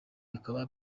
bikaba